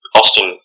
Austin